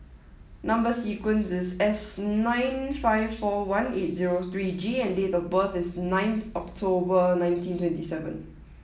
number sequence is S nine five four one eight zero three G and date of birth is ninth October nineteen twenty seven